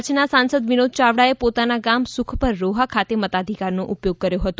કચ્છ ના સાંસદ વિનોદ ચાવડાએ પોતાના ગામ સુખપર રોહા ખાતે મતાધિકારનો ઉપયોગ કર્યો હતો